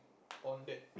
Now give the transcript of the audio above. bonded